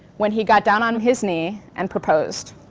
when he got down on his knee and proposed.